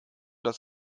das